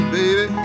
baby